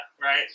right